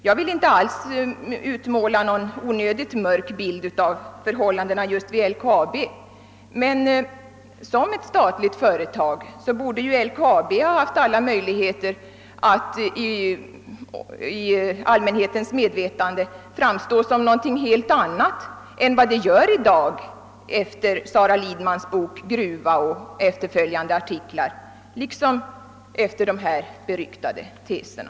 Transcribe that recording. Jag vill inte alls utmåla någon onödigt mörk bild av förhållandena vid just LKAB, men LKAB borde ändå i sin egenskap av statligt företag ha haft alla möjligheter att inför allmänheten skapa en helt annan bild av sina förhållanden än vad som i dag blivit fallet efter Sara Lidmans bok Gruva och därefter följande artiklar liksom efter publiceringen av de beryktade teserna.